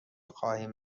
خواهیم